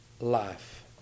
life